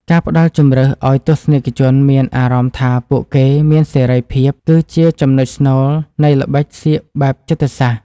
ការផ្តល់ជម្រើសឱ្យទស្សនិកជនមានអារម្មណ៍ថាពួកគេមានសេរីភាពគឺជាចំណុចស្នូលនៃល្បិចសៀកបែបចិត្តសាស្ត្រ។